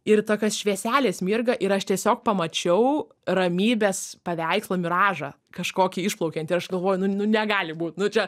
ir tokios švieselės mirga ir aš tiesiog pamačiau ramybės paveikslo miražą kažkokį išplaukiantį ir aš galvoju nu nu negali būt nu čia